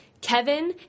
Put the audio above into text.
Kevin